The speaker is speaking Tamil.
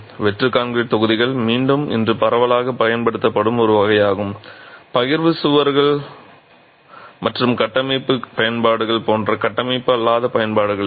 வெற்று கான்கிரீட் தொகுதிகள் மீண்டும் இன்று பரவலாகப் பயன்படுத்தப்படும் ஒரு வகையாகும் பகிர்வு சுவர்கள் மற்றும் கட்டமைப்பு பயன்பாடுகள் போன்ற கட்டமைப்பு அல்லாத பயன்பாடுகளுக்கு